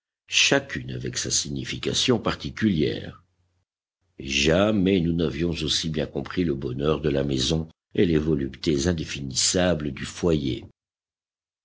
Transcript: chacune avec sa signification particulière jamais nous n'avions aussi bien compris le bonheur de la maison et les voluptés indéfinissables du foyer